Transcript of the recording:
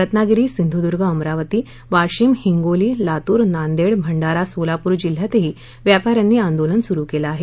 रत्नागिरी सिंधुदुर्ग अमरावती वाशिम हिंगोली लातूर नांदेड भंडारा सोलापूर जिल्ह्यातही व्यापा यांनी आंदोलन सुरु केलं आहे